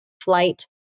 flight